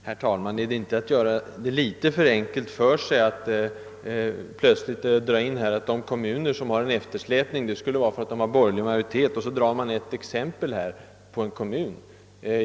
Herr talman! Är det inte att göra det litet för enkelt för sig att påstå om de kommuner som släpar efter i fråga om barntillsynen, att detta skulle bero på att de har borgerlig majoritet, och anföra ett exempel på en sådan kommun?